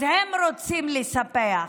אז הם רוצים לספח.